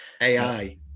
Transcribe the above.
AI